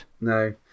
No